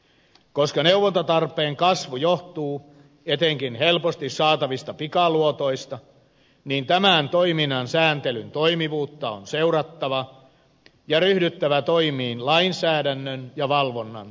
koska neuvontatarpeen kasvu johtuu etenkin helposti saatavista pikaluotoista niin tämän toiminnan sääntelyn toimivuutta on seurattava ja ryhdyttävä toimiin lainsäädännön ja valvonnan tiukentamiseksi